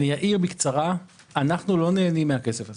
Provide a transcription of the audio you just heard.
אנחנו לא נהנים מהכסף הזה.